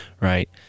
right